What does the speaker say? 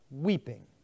weeping